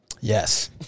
Yes